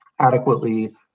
adequately